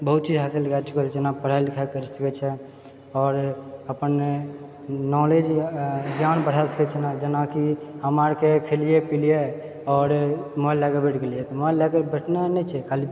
बहुत चीज हासिल कए चुकल छै जेना पढाइ लिखाइ करि सकै छै आओर अपन नॉलेज या ज्ञान बढ़ाए सकै छै जेनाकि हमरा आरके खेलियै पिलियै आओर मोबाइल लएके बैठ गेलियै तऽ मोबाइल लए कऽ बैठनाइ नहि छै खाली